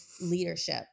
leadership